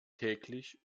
täglich